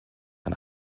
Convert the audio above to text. ein